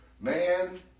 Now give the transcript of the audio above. man